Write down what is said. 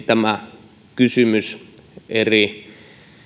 tämä kysymys eri